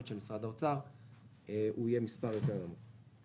של משרד האוצר והוא יהיה מספר נמוך יותר.